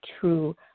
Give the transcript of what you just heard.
true